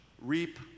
reap